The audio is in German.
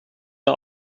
der